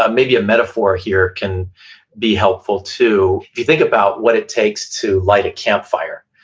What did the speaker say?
ah maybe a metaphor here can be helpful, too. you think about what it takes to light a campfire,